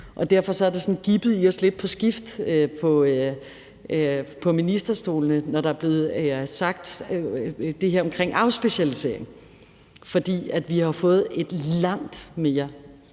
Derfor har det sådan gibbet i os lidt på skift på ministerstolene, når der er blevet sagt det her omkring afspecialisering. For vi har jo fået et langt mere både specialiseret